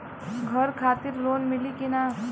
घर खातिर लोन मिली कि ना?